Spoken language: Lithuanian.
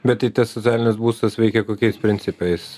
bet tai tas socialinis būstas veikia kokiais principais